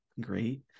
great